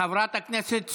חברת הכנסת סטרוק,